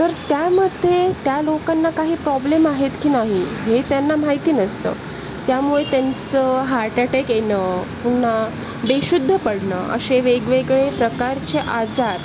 तर त्यामध्ये त्या लोकांना काही प्रॉब्लेम आहेत की नाही हे त्यांना माहिती नसतं त्यामुळे त्यांचं हार्ट ॲटॅक येणं पुन्हा बेशुद्ध पडणं असे वेगवेगळे प्रकारचे आजार